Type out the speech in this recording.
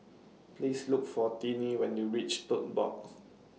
Please Look For Tinie when YOU REACH Tote Board